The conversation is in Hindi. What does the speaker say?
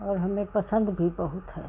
और हमें पसंद भी बहुत है